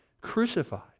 crucified